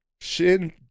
Shin